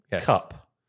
cup